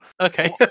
Okay